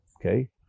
okay